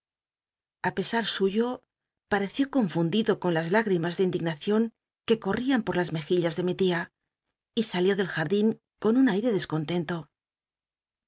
a pesal suyo pa rcdú confundido con las l ígl'imas de indignacion que corrían por las mejillas de mi tia y salió del jardín con un aire descontento